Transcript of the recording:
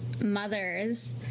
mothers